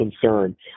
concern